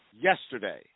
yesterday